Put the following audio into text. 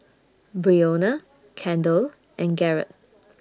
Breonna Kendell and Garett